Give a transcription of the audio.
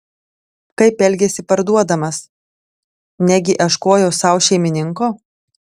kaip elgėsi parduodamas negi ieškojo sau šeimininko